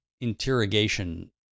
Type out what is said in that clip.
interrogation